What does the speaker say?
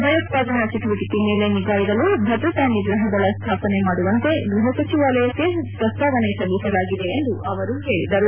ಭಯೋತ್ವಾದನಾ ಚಟುವಟಿಕೆ ಮೇಲೆ ನಿಗಾ ಇಡಲು ಭದ್ರತಾ ನಿಗ್ರಹ ದಳ ಸ್ಡಾಪನೆ ಮಾಡುವಂತೆ ಗೃಹ ಸಚಿವಾಲಯಕ್ಕೆ ಪ್ರಸ್ತಾವನೆ ಸಲ್ಲಿಸಲಾಗಿದೆ ಎಂದು ಅವರು ಹೇಳಿದರು